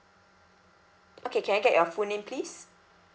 okay can I get your full name please